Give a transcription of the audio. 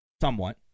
somewhat